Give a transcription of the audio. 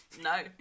No